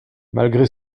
malgré